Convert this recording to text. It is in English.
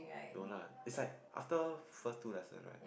no lah is like after first two lesson right